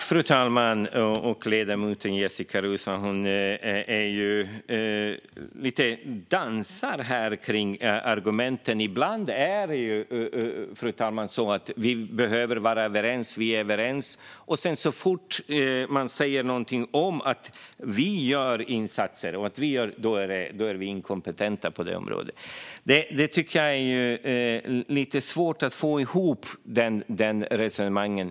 Fru talman! Ledamoten Jessika Roswall dansar lite kring argumenten. Ibland är vi överens, men så fort man sedan säger något om att vi gör insatser är vi inkompetenta på det området. Jag tycker att det är lite svårt att få ihop de resonemangen.